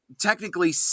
Technically